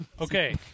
Okay